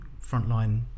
frontline